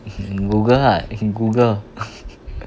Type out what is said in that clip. google lah you can google